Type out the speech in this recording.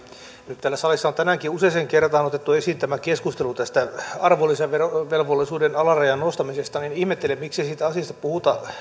nyt kun täällä salissa on tänäänkin useaan kertaan otettu esiin tämä keskustelu tästä arvonlisäverovelvollisuuden alarajan nostamisesta niin ihmettelen miksi siitä asiasta ei puhuta